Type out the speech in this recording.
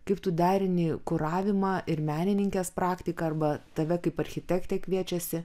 kaip tu derini kuravimą ir menininkės praktiką arba tave kaip architektę kviečiasi